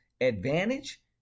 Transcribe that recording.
advantage